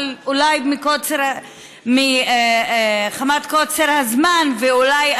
אבל אולי מחמת קוצר הזמן ואולי,